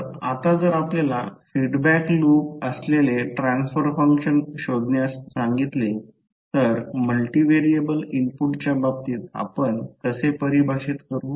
तर आता जर आपल्याला फिडबॅक लूप असलेले ट्रान्सफर फंक्शन शोधण्यास सांगितले तर मल्टिव्हेरिएबल इनपुटच्या बाबतीत आपण कसे परिभाषित करू